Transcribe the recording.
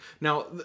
now